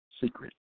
secret